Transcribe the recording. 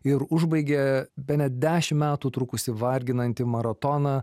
ir užbaigė bene dešim metų trukusį varginantį maratoną